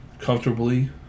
comfortably